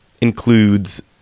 includes